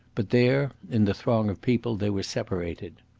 but there, in the throng of people, they were separated.